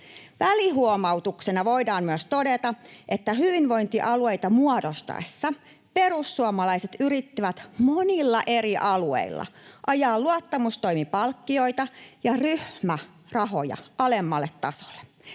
Välihuomautuksena voidaan myös todeta, että hyvinvointialueita muodostettaessa perussuomalaiset yrittivät monilla eri alueilla ajaa luottamustoimipalkkioita ja ryhmärahoja alemmalle tasolle.